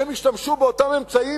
חבר הכנסת טיבי לא נעלב ממה שאמרתי עכשיו.